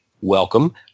welcome